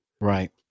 Right